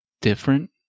different